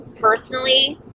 personally